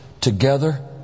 together